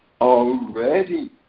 already